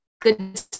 good